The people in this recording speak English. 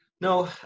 No